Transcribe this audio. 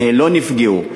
לא נפגעו.